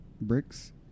bricks